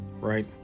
right